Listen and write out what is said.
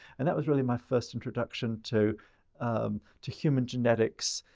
and that was really my first introduction to um to human genetics